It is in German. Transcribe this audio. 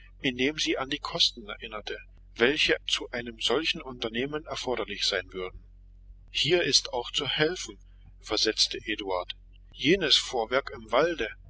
indem sie an die kosten erinnerte welche zu einem solchen unternehmen erforderlich sein würden hier ist auch zu helfen versetzte eduard jenes vorwerk im walde